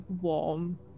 warm